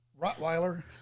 Rottweiler